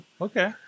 Okay